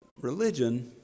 religion